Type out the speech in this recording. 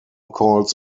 calls